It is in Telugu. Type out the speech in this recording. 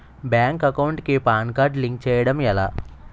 బ్యాంక్ అకౌంట్ కి పాన్ కార్డ్ లింక్ చేయడం ఎలా?